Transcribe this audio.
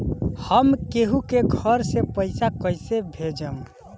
हम केहु के घर से पैसा कैइसे भेजम?